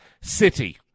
City